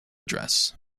address